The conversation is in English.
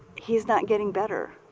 he's not getting better.